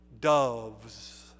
doves